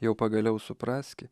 jau pagaliau supraski